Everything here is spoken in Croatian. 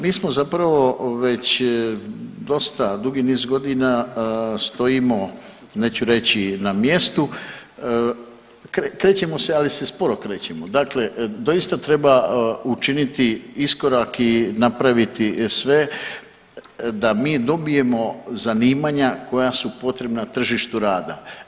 Mi smo zapravo već dosta, dugi niz godina stojimo neću reći na mjestu, krećemo se, ali se sporo krećemo, dakle doista treba učiniti iskorak i napraviti sve da mi dobijemo zanimanja koja su potrebna tržištu rada.